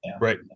Right